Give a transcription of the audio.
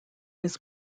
his